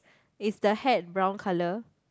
is the hat brown colour